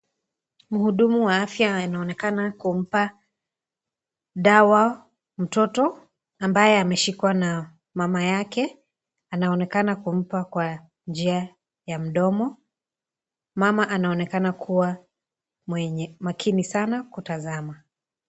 Mhudumu wa afya anaonekana kumpa dawa mtoto ambaye ameshikwa na mama yake, anaonekana kumpa kwa njia ya mdomo, mama anaonekana kuwa mwenye makini sana kutazama.